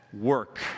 Work